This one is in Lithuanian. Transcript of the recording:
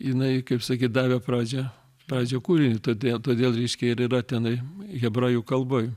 jinai kaip sakyt davė pradžią pradžią kūrinio todėl todėl reiškia ir yra tenai hebrajų kalboj